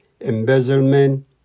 embezzlement